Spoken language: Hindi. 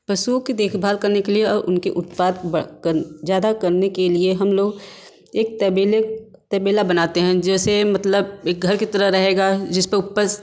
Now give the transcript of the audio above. पशुओं की देखभाल करने के लिए उनके उत्पाद ज़्यादा करने के लिए हम लोग एक तबेले तबेला बनाते हैं जैसे मतलब एक घर की तरह रहेगा जिसपे